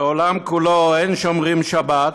בעולם כולו אין שומרים שבת,